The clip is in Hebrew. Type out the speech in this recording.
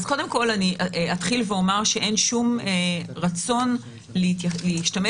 אתחיל ואומר שאין שום רצון להשתמש